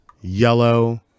yellow